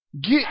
Get